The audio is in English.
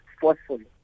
forcefully